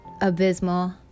abysmal